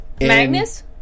Magnus